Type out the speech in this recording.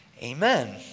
Amen